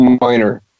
minor